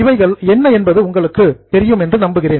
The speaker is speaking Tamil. இவைகள் என்ன என்பது உங்களுக்கு தெரியும் என்று நம்புகிறேன்